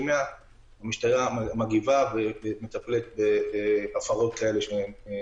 100 והמשטרה מגיבה ומטפלת בהפרות כאלה.